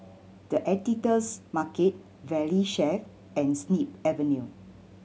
The Editor's Market Valley Chef and Snip Avenue